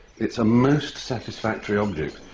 it's a most satisfactory object.